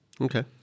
Okay